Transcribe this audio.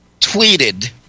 tweeted